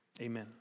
Amen